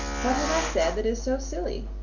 what have i said that is so silly?